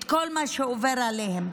את כל מה שעובר עליהם.